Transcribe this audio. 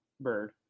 bird